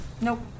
Nope